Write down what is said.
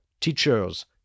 teachers